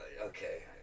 Okay